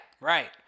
right